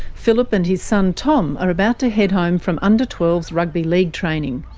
phillip and his son tom are about to head home from under twelve s rugby league training.